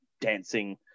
dancing